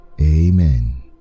Amen